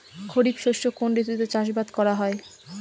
খরিফ শস্য কোন ঋতুতে চাষাবাদ করা হয়?